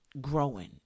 growing